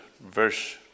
verse